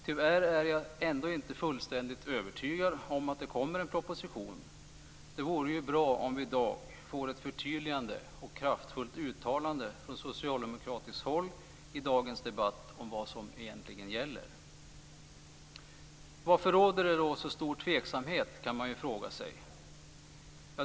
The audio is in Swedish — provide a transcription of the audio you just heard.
Tyvärr är jag ändå inte fullständigt övertygad om att det kommer en proposition. Det vore bra om vi i dag fick ett förtydligande och ett kraftfullt uttalande från socialdemokratiskt håll i dagens debatt om vad som egentligen gäller. Varför råder det så stor tveksamhet, kan man fråga sig?